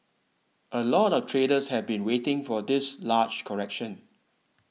a lot of traders have been waiting for this large correction